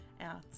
out